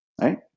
right